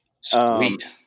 Sweet